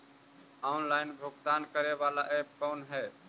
Online भुगतान करे बाला ऐप कौन है?